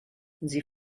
sie